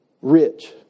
Rich